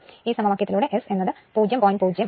ഈ സമവാക്യത്തിലൂടെ S എന്നത് നമുക്ക് 0